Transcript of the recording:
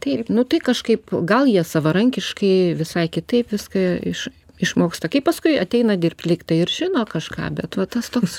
taip nu tai kažkaip gal jie savarankiškai visai kitaip viską iš išmoksta kai paskui ateina dirbt lyg tai ir žino kažką bet va tas toks